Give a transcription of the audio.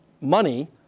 money